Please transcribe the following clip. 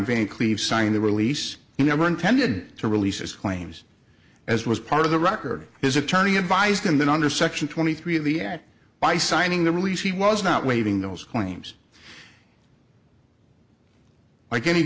van cleave signed a release you never intended to release his claims as was part of the record his attorney advised him that under section twenty three of the at by signing the release he was not waiving those claims like any